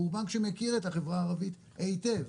הוא בנק שמכיר את החברה הערבית היטב,